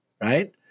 right